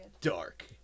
Dark